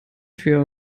tür